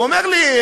והוא אומר לי,